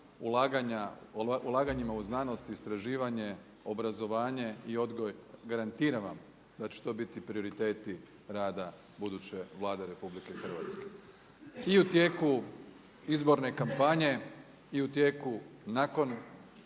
ulaganjima u znanost, istraživanje, obrazovanje i odgoj garantiram vam da će to biti prioriteti rada buduće Vlade RH. I u tijeku izborne kampanje i u tijeku nakon